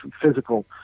physical